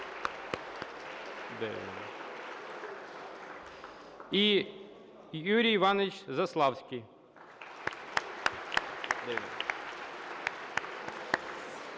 і Юрій Іванович Заславський.